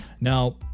Now